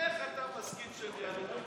איך אתה מסכים שהם יעלו,